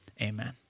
amen